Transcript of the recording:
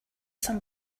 some